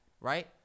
right